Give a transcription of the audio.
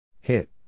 Hit